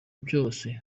vyose